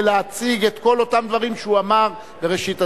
ולהציג את כל אותם דברים שהוא אמר בראשית הדרך.